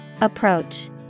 Approach